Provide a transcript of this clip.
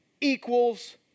equals